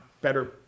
better